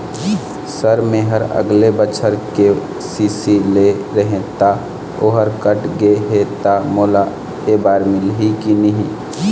Sir मेहर अगले बछर के.सी.सी लेहे रहें ता ओहर कट गे हे ता मोला एबारी मिलही की नहीं?